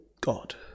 god